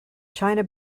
china